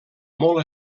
molt